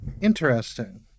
Interesting